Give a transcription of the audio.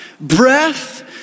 breath